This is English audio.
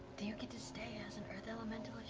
do you get to stay as an earth elemental